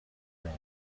ran